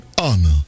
honor